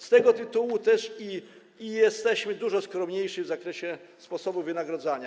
Z tego tytułu też jesteśmy dużo skromniejsi w zakresie sposobu wynagradzania.